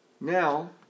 Now